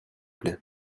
plait